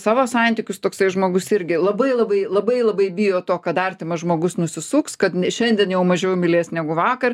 savo santykius toksai žmogus irgi labai labai labai labai bijo to kad artimas žmogus nusisuks kad šiandien jau mažiau mylės negu vakar